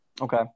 Okay